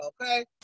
okay